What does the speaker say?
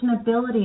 ability